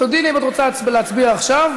תודיעי לי אם את רוצה שנצביע עכשיו,